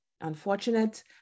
unfortunate